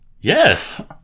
Yes